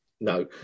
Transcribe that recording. No